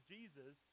Jesus